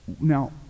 Now